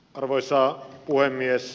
arvoisa puhemies